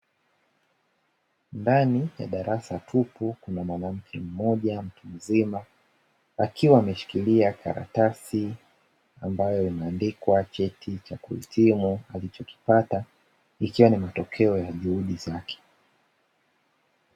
Ndani ya darasa tupu lenye mwanamke mmoja mtu mzima. Akiwa ameshikilia karatasi ambalo limeandikwa cheti cha kuhitimu alichokipata ikiwa ni matokeo ya juhudi zake.